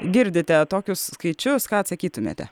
girdite tokius skaičius ką atsakytumėte